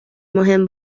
مهم